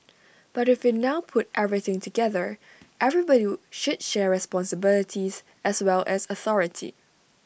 but if we now put everything together everybody should share responsibilities as well as authority